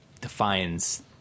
defines